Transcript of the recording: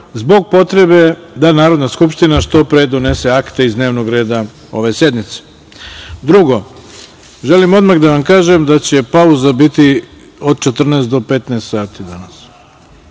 zbog potrebe da Narodna skupština što pre donese akte iz dnevnog reda ove sednice. Drugo, želim odmah da vam kažem da će pauza biti od 14.00 do 15.00 sati danas. Treće,